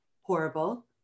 horrible